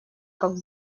как